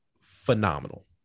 phenomenal